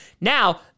Now